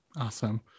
Awesome